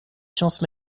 sciences